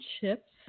chips